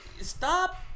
Stop